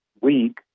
week